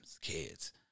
kids